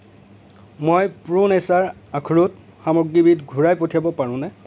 মই pro nature আখৰোট সামগ্ৰীবিধ ঘূৰাই পঠিয়াব পাৰোঁনে